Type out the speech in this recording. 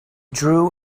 drew